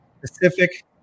Pacific